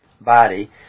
body